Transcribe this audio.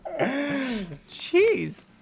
Jeez